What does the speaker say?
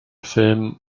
film